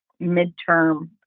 midterm